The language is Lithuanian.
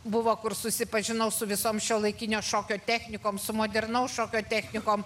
buvo kur susipažinau su visom šiuolaikinio šokio technikom su modernaus šokio technikom